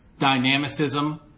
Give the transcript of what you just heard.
dynamicism